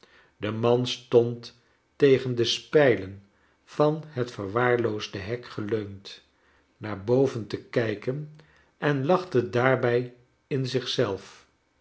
de man stond tegen de spijlen van het verwaarloosde hek geleund naar boven te kijken en lachte daarbij in